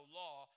law